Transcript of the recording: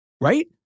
right